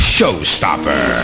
Showstopper